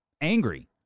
angry